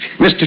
Mr